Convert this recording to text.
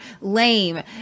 lame